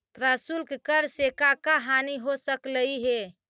प्रशुल्क कर से का का हानि हो सकलई हे